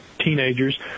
teenagers